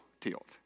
tilt